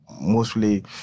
mostly